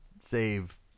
save